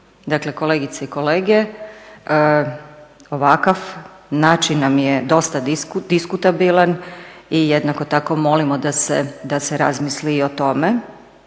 Dakle, kolegice i kolege, ovakav način nam je dosta diskutabilan i jednako tako molimo da se razmisli i o tome.